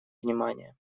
внимание